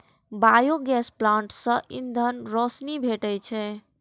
biogas plant सं ईंधन, रोशनी भेटै छै